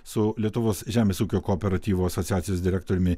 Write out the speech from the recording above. su lietuvos žemės ūkio kooperatyvų asociacijos direktoriumi